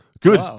Good